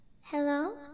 Hello